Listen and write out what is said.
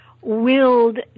willed